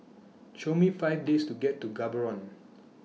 Show Me five ways to get to Gaborone